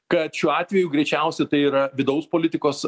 kad šiuo atveju greičiausia tai yra vidaus politikos